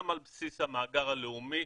גם על בסיס המאגר הלאומי,